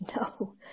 No